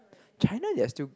China there's still